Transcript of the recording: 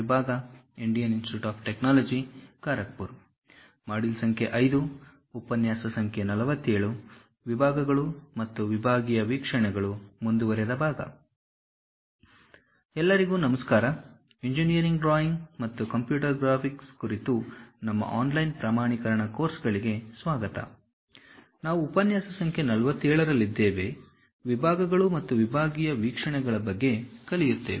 ವಿಭಾಗಗಳು ಮತ್ತು ವಿಭಾಗೀಯ ವೀಕ್ಷಣೆಗಳು ಮುಂದುವರಿದ ಭಾಗ ಎಲ್ಲರಿಗೂ ನಮಸ್ಕಾರ ಇಂಜಿನಿಯರಿಂಗ್ ಡ್ರಾಯಿಂಗ್ ಮತ್ತು ಕಂಪ್ಯೂಟರ್ ಗ್ರಾಫಿಕ್ಸ್ ಕುರಿತು ನಮ್ಮ ಆನ್ಲೈನ್ ಪ್ರಮಾಣೀಕರಣ ಕೋರ್ಸ್ಗಳಿಗೆ ಸ್ವಾಗತ ನಾವು ಉಪನ್ಯಾಸ ಸಂಖ್ಯೆ 47ರಲ್ಲಿದ್ದೇವೆ ವಿಭಾಗಗಳು ಮತ್ತು ವಿಭಾಗೀಯ ವೀಕ್ಷಣೆಗಳ ಬಗ್ಗೆ ಕಲಿಯುತ್ತೇವೆ